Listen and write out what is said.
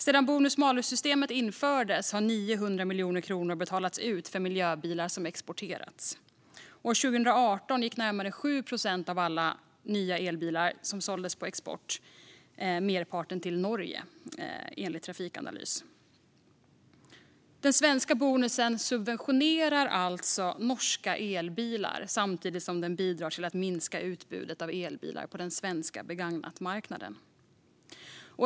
Sedan bonus-malus-systemet infördes har 900 miljoner kronor betalats ut för miljöbilar som exporterats. År 2018 gick närmare 7 procent av alla nya elbilar som såldes på export, merparten till Norge, enligt Trafikanalys. Den svenska bonusen subventionerar alltså norska elbilar samtidigt som den bidrar till att minska utbudet av elbilar på den svenska begagnatmarknaden.